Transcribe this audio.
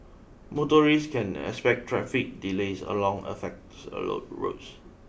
motorists can expect traffic delays along affects roads